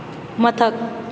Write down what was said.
ꯃꯊꯛ